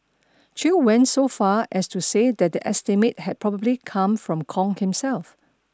Chew went so far as to say that the estimate had probably come from Kong himself